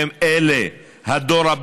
לאחרונה,